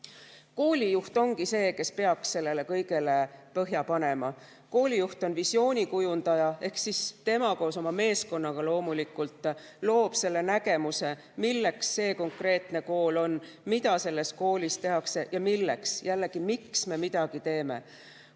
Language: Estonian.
Koolijuht ongi see, kes peaks sellele kõigele põhja panema. Koolijuht on visiooni kujundaja. Tema, koos oma meeskonnaga loomulikult, loob selle nägemuse, milleks see konkreetne kool on, mida selles koolis tehakse ja milleks. Jällegi: miks me midagi teeme.